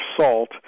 salt